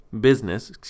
business